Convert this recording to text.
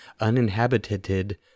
uninhabited